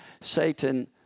Satan